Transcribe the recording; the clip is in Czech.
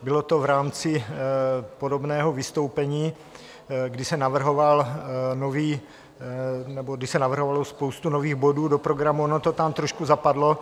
Bylo to v rámci podobného vystoupení, když se navrhoval nový... nebo když se navrhovala spousta nových bodů do programu, ono to tam trošku zapadlo.